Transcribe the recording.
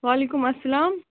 وعلیکُم اسلام